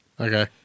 Okay